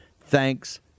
Thanks